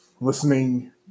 Listening